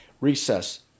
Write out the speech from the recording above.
Recess